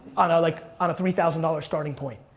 on like on a three thousand dollars starting point,